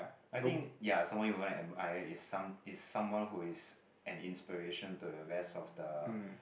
I think ya someone you want to admire is some is someone who is an inspiration to the rest of the